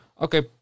okay